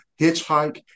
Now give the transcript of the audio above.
Hitchhike